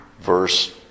verse